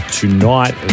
tonight